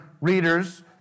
readers